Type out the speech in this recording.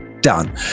done